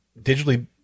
digitally